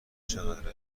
چقدر